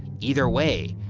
either way,